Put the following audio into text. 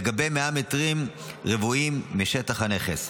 לגבי 100 מטרים רבועים משטח הנכס.